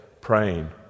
praying